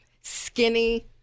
skinny